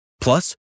Plus